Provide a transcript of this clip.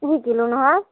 শিকিলো নহয়